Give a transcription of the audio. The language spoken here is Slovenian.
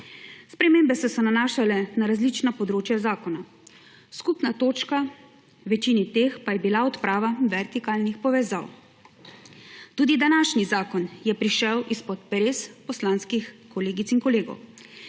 Spremembe so se nanašale na različna področja zakona. Skupna točka v večini teh pa je bila odprava vertikalnih povezav. Tudi današnji zakon je prišel izpod peres poslanskih kolegic in kolegov.